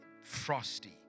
frosty